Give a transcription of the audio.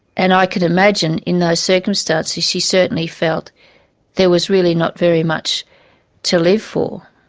and i could imagine in those circumstances, she certainly felt there was really not very much to live for.